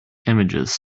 images